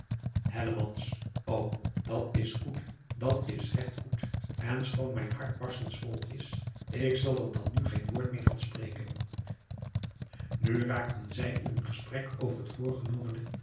ô dat is goed dat is regt goed en schoon mijn hart barstens vol is ik zal er dan nu geen woord meer van spreken nu raakten zij in een gesprek over het voorgenomene